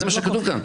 זה מה שכתוב כאן.